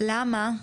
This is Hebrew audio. למה?